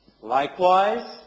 Likewise